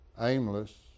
aimless